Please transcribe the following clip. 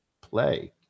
play